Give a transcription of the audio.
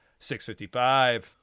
655